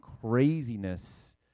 craziness